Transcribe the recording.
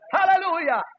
Hallelujah